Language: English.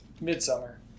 Midsummer